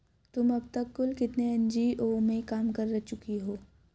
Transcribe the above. तुम अब तक कुल कितने एन.जी.ओ में काम कर चुकी हो?